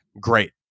great